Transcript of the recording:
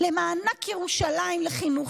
למענק ירושלים לחינוך,